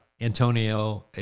Antonio